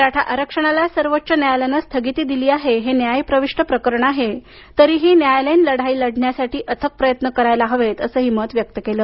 मराठा आरक्षणाला सर्वोच्च न्यायालयाने स्थगिती दिली आहे हे न्याय प्रविष्ट प्रकरण आहे तरीही न्यायालयीन लढाई लढण्यासाठी अथक प्रयत्न करायला हवेत असंही मत व्यक्त केलं